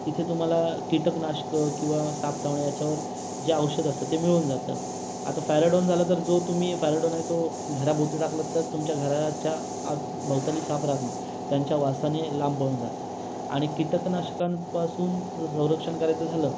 तिथे तुम्हाला कीटकनाशकं किवा साप चावणं याच्यावर जे औषध असतं ते मिळून जातं आता फॅरॅडॉन झालं तर जो तुम्ही फॅरॅडॉन आहे तो घराभोवती टाकलं तर तुमच्या घराच्या भवताली साप रहात नाही त्यांच्या वासाने लांब पळून जातो आणि कीटकनाशकांपासून जर संरक्षण करायचं झालं